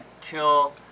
kill